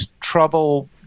trouble